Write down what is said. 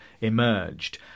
emerged